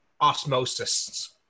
osmosis